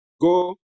Go